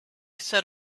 set